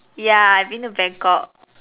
ya I've been to Bangkok